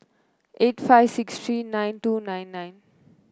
eight five six three nine two nine nine